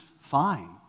fine